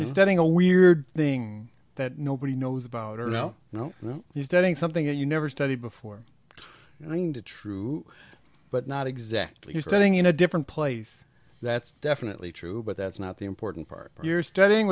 in studying a weird thing that nobody knows about or no no no you studying something that you never studied before going to true but not exactly you're standing in a different place that's definitely true but that's not the important part of your studying